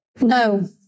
No